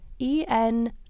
en